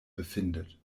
befindet